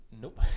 Nope